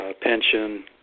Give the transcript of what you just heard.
pension